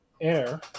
air